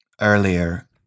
earlier